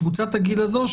קבוצת הגיל הזו,